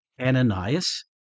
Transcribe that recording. Ananias